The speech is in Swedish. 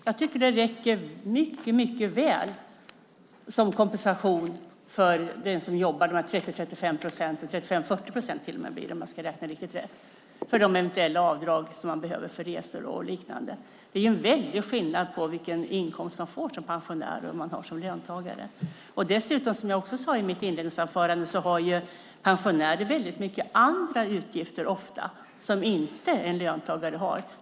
Jag tycker att de eventuella avdrag för resor och liknande som den som jobbar 35-40 procent behöver göra räcker mycket väl som kompensation. Det är ju en väldig skillnad på vilken inkomst man får som pensionär och som löntagare. Dessutom, som jag också sade i mitt inledningsanförande, har pensionärer ofta mycket andra utgifter som inte en löntagare har.